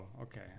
okay